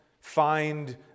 find